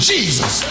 Jesus